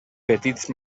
petits